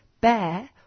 Bear